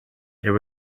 there